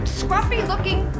scruffy-looking